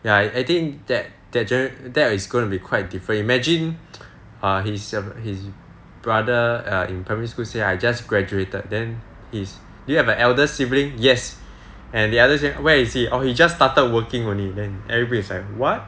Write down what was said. ya I think that that is going to be quite different imagine err his his brother in primary school say I just graduated then his do you have an elder sibling yes and the elder sibling where is he oh he just started working only then everybody is like what